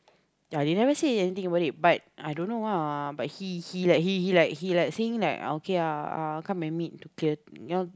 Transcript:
ya they never say anything about it but I don't know ah but he he like he he like he like saying like ah okay ah come and meet Pierre you know